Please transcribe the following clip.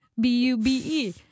B-U-B-E